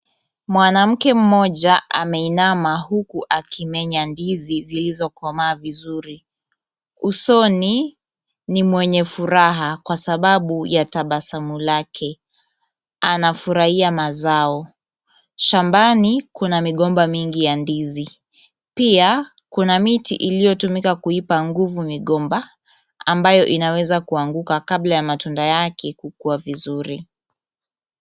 Mwanamke mmoja ameinama, huku akimenya ndizi zilizokomaa vizuri. Usoni ni mwenye furaha, kwa sababu ya tabasamu lake anafurahia mazao. Shambani kuna migomba mingi ya ndizi, pia kuna miti iliyotumika kuipa nguvu migomba, ambayo inaweza kuanguka kabla ya matunda yake kukua vizuri.